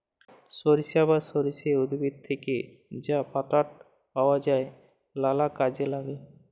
সরিষা বা সর্ষে উদ্ভিদ থ্যাকে যা পাতাট পাওয়া যায় লালা কাজে ল্যাগে